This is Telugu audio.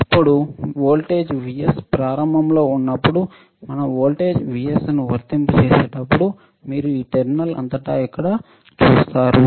ఇప్పుడు వోల్టేజ్ Vs ప్రారంభంలో ఉన్నప్పుడు మేము వోల్టేజ్ Vs ను వర్తింప చేసేటప్పుడు మీరు ఈ టెర్మినల్ అంతటా ఇక్కడ చూస్తారు